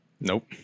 Nope